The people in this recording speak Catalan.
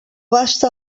basta